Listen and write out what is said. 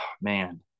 man